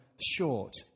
short